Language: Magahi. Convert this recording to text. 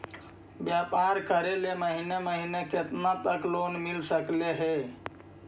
व्यापार करेल महिने महिने केतना तक लोन मिल सकले हे?